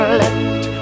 let